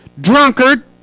drunkard